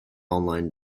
online